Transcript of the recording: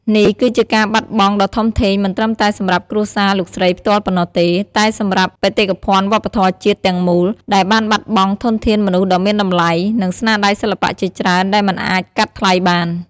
នេះគឺជាការបាត់បង់ដ៏ធំធេងមិនត្រឹមតែសម្រាប់គ្រួសារលោកស្រីផ្ទាល់ប៉ុណ្ណោះទេ តែសម្រាប់ បេតិកភណ្ឌវប្បធម៌ជាតិ ទាំងមូល ដែលបានបាត់បង់ធនធានមនុស្សដ៏មានតម្លៃ និងស្នាដៃសិល្បៈជាច្រើនដែលមិនអាចកាត់ថ្លៃបាន។